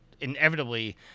inevitably